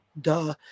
Duh